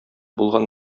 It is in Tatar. булган